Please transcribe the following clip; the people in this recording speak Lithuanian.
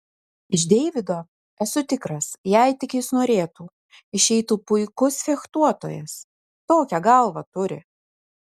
iš deivido esu tikras jei tik jis norėtų išeitų puikus fechtuotojas tokią galvą turi